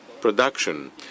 production